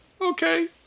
okay